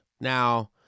Now